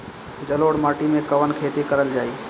जलोढ़ माटी में कवन खेती करल जाई?